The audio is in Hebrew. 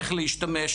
איך להשתמש,